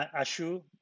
Ashu